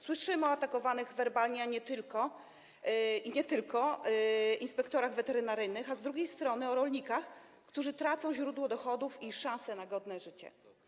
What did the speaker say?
Słyszymy o atakowanych werbalnie i nie tylko inspektorach weterynaryjnych, a z drugiej strony - o rolnikach, którzy tracą źródło dochodów i szansę na godne życie.